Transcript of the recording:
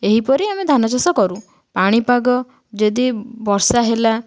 ଏହିପରି ଆମେ ଧାନ ଚାଷ କରୁ ପାଣିପାଗ ଯଦି ବର୍ଷା ହେଲା